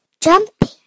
jumping